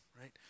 right